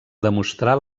demostrar